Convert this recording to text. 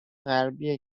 غربی